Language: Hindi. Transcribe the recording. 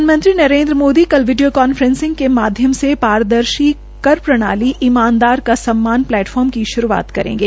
प्रधानमंत्री नरेन्द्र मोदी कल वीडियो काफ्रेसिंग के माध्यम से पारदर्शी कर प्रणाली ईमानदार का सम्मान प्लेटफार्म का श्रूआत करेंगे